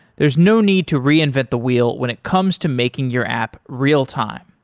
there's no need to reinvent the wheel when it comes to making your app real-time.